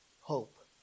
hope